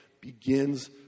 begins